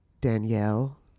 Danielle